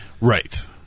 Right